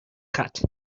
cat